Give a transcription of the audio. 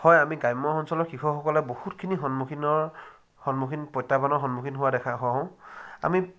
হয় আমি গ্ৰাম্য অঞ্চলৰ কৃসকসকলে বহুতখিনি সন্মুখীনৰ সন্মুখীন প্ৰত্যাহ্বানৰ সন্মুখীন হোৱা দেখা হওঁ আমি